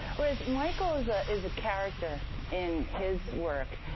whereas michael is ah is a character in his work,